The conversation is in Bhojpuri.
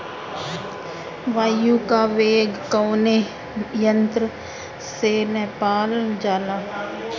वायु क वेग कवने यंत्र से नापल जाला?